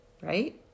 right